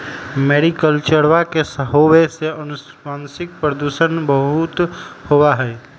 मैरीकल्चरवा के होवे से आनुवंशिक प्रदूषण बहुत होबा हई